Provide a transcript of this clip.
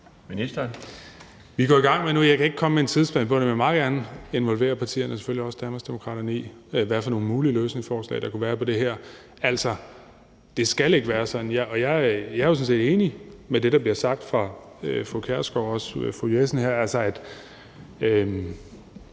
Vi går i gang nu. Jeg kan ikke komme med en tidsplan for det, men jeg vil meget gerne involvere partierne, selvfølgelig også Danmarksdemokraterne, i, hvad for nogle mulige løsninger der kunne være på det her. Altså, det skal ikke være sådan, og jeg er jo sådan set enig i det, der bliver sagt af fru Pia Kjærsgaard og fru Susie Jessen,